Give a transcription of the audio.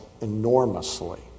enormously